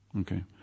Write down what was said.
okay